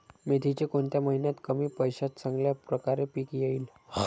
मेथीचे कोणत्या महिन्यात कमी पैशात चांगल्या प्रकारे पीक येईल?